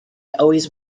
always